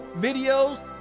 videos